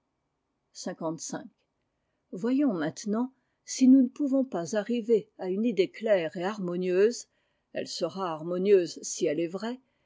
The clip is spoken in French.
voyons maintenant si nous ne pouvons pas arriver à une idée claire et harmonieuse elle sera harmonieuses elle est vraie de ce que l'intelligence et